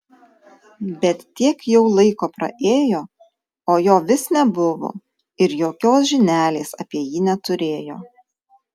bet tiek jau laiko praėjo o jo vis nebuvo ir jokios žinelės apie jį neturėjo